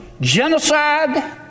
genocide